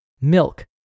milk